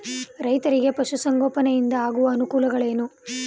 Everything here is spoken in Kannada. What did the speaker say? ರೈತರಿಗೆ ಪಶು ಸಂಗೋಪನೆಯಿಂದ ಆಗುವ ಅನುಕೂಲಗಳೇನು?